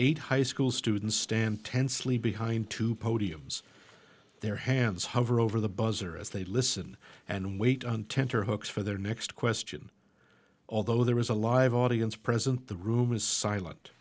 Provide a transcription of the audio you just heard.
eight high school students stand tensely behind two podiums their hands hover over the buzzer as they listen and wait on tenterhooks for their next question although there was a live audience present the room was silent